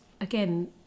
again